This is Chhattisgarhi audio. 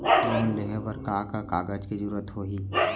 लोन लेहे बर का का कागज के जरूरत होही?